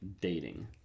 dating